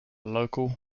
local